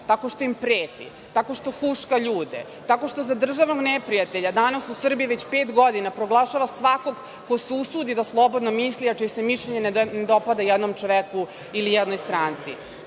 tako što im preti, tako što huška ljude. Tako što za državne neprijatelja danas u Srbiji već pet godina proglašava svakog ko se usudi da slobodno misli, a čije se mišljenje ne dopada jednom čoveku ili jednoj stranci.